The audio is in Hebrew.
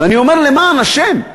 ואני אומר: למען השם,